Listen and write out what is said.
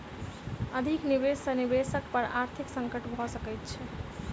अधिक निवेश सॅ निवेशक पर आर्थिक संकट भ सकैत छै